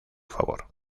favor